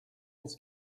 its